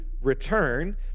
return